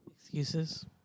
Excuses